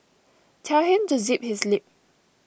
tell him to zip his lip